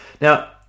Now